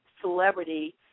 celebrity